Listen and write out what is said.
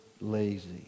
lazy